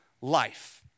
life